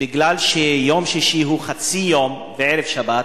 מכיוון שיום שישי הוא חצי יום וערב שבת,